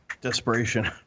desperation